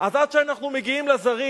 אז עד שאנחנו מגיעים לזרים,